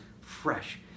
fresh